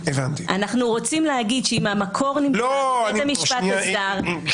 אנחנו רוצים להגיד שאם המקור נמצא בבית המשפט הזר --- לא,